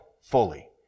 fully